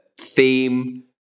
theme